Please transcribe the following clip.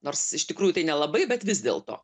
nors iš tikrųjų tai nelabai bet vis dėlto